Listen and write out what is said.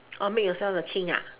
oh make yourself a king ah